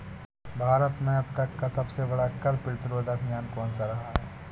भारत में अब तक का सबसे बड़ा कर प्रतिरोध अभियान कौनसा रहा है?